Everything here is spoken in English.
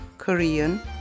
Korean